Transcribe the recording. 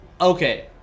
Okay